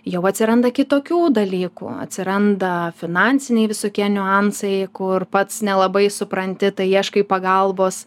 jau atsiranda kitokių dalykų atsiranda finansiniai visokie niuansai kur pats nelabai supranti tai ieškai pagalbos